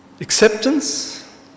Acceptance